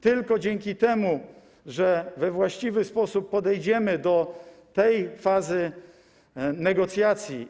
Tylko dzięki temu, że we właściwy sposób podejdziemy do tej fazy negocjacji.